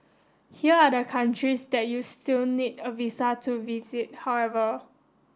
here are the countries that you'll still need a visa to visit however